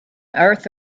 earth